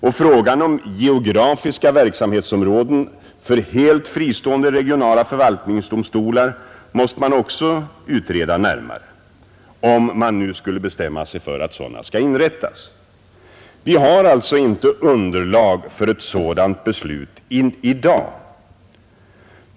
Även frågan om geografiska verksamhetsområden för helt fristående regionala förvaltningsdomstolar måste man utreda närmare, om man nu skulle bestämma sig för att sådana skall inrättas. Vi har alltså inte underlag för ett sådant beslut i dag.